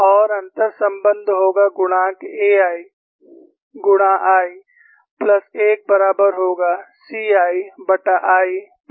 और अंतर संबंध होगा गुणांक AI गुणा i प्लस 1 बराबर होगा C ii प्लस 1 के